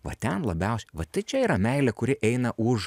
va ten labiaus va tai čia yra meilė kuri eina už